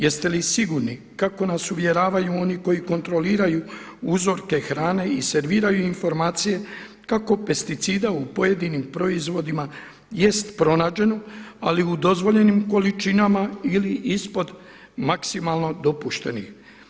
Jeste li sigurni kako nas uvjeravaju oni koji kontroliraju uzorke hrane i serviraju im informacije kako pesticida u pojedinim proizvodima jest pronađeno, ali u dozvoljenim količinama ili ispod maksimalno dopuštenih.